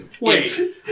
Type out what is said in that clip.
Wait